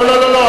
לא לא לא,